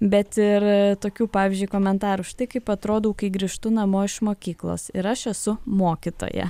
bet ir tokių pavyzdžiui komentarų štai kaip atrodau kai grįžtu namo iš mokyklos ir aš esu mokytoja